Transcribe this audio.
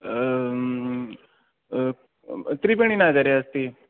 त्रिवेणीनगरे अस्ति